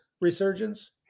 resurgence